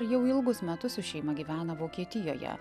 jau ilgus metus su šeima gyvena vokietijoje